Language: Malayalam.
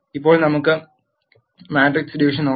ഇപ്പോൾ നമുക്ക് മാട്രിക്സ് ഡിവിഷൻ നോക്കാം